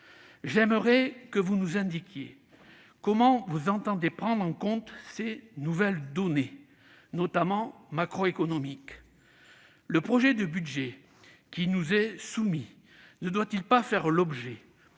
Je souhaite que vous nous indiquiez comment vous entendez prendre en compte ces nouvelles données, notamment macroéconomiques. Le projet de budget qui nous est soumis ne doit-il pas faire l'objet,